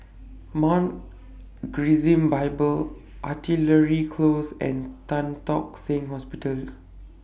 Mount Gerizim Bible Artillery Close and Tan Tock Seng Hospital